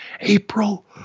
April